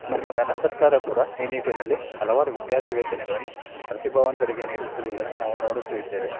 ನಮ್ಮ ಘನ ಸರ್ಕಾರ ಕೂಡ ಈ ನಿಟ್ಟಿನಲ್ಲಿ ಹಲವಾರು ವಿದ್ಯಾರ್ಥಿ ವೇತನಗಳನ್ನು ಪ್ರತಿಭಾವಂತರಿಗೆ ನೀಡುತ್ತಿರುವುದನ್ನು ನಾವು ನೋಡುತ್ತಿದ್ದೇವೆ